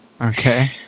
Okay